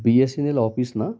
बी S N L office ना